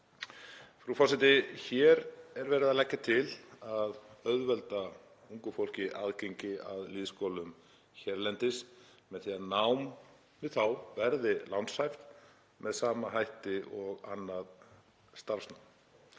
Frú forseti. Hér er verið að leggja til að auðvelda ungu fólki aðgengi að lýðskólum hérlendis með því að nám við þá verði lánshæft með sama hætti og annað starfsnám.